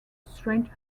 strange